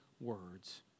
words